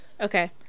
Okay